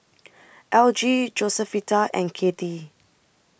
Algie Josefita and Cathi